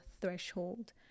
threshold